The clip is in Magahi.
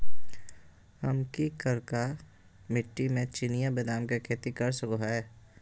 हम की करका मिट्टी में चिनिया बेदाम के खेती कर सको है?